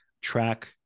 track